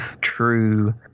true